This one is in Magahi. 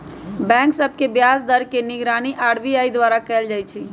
बैंक सभ के ब्याज दर के निगरानी आर.बी.आई द्वारा कएल जाइ छइ